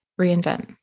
reinvent